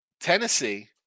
Tennessee